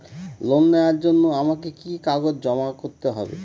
Loan নেওয়ার জন্য আমাকে কি কি কাগজ জমা করতে হবে?